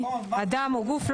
אדם או גוף,